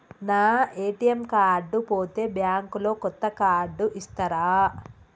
నా ATM card పోతే bank లో కొత్త కార్డు ఇస్తరా?